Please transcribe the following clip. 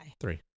Three